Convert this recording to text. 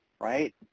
right